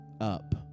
up